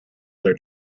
their